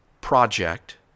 project